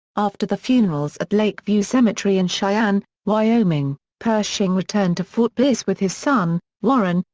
after the funerals at lakeview cemetery in cheyenne, wyoming, pershing returned to fort bliss with his son, warren,